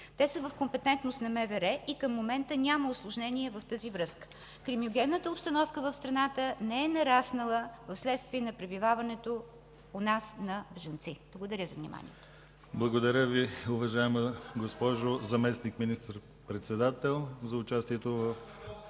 Те са в компетентност на МВР и към момента няма усложнения в тази връзка. Криминогенната обстановка в страната не е нараснала вследствие на пребиваването у нас на бежанци. Благодаря за вниманието. ПРЕДСЕДАТЕЛ ДИМИТЪР ГЛАВЧЕВ: Благодаря Ви, уважаема госпожо Заместник министър-председател, за участието в